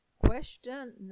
Question